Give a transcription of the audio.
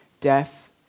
death